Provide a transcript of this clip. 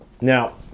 now